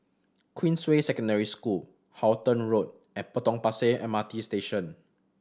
Queensway Secondary School Halton Road and Potong Pasir M R T Station